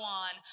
on